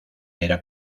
era